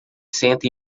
senta